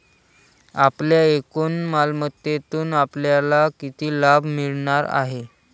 आपल्या एकूण मालमत्तेतून आपल्याला किती लाभ मिळणार आहे?